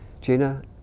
Gina